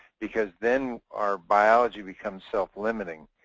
because then our biology becomes self-limiting.